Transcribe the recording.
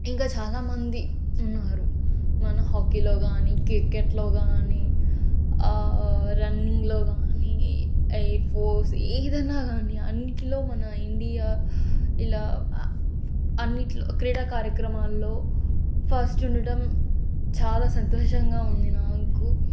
ఇంకా చాలా మంది ఉన్నారు మన హాకీలో కానీ క్రికెట్లో కానీ రన్నింగ్లో కానీ ఎయిర్ ఫోర్స్ ఏదైనా కానీ అన్నిటిలో మన ఇండియా ఇలా అన్నిటిలో క్రీడా కార్యక్రమాల్లో ఫస్ట్ ఉండటం చాలా సంతోషంగా ఉంది నాకు